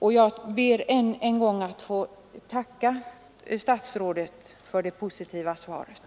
Jag ber än en gång att få tacka statsrådet för det positiva svaret.